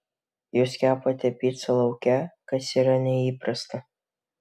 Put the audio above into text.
jūs kepate picą lauke kas yra neįprasta